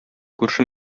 күрше